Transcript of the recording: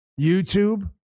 YouTube